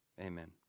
Amen